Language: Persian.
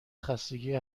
خستگی